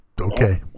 Okay